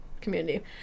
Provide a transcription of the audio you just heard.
community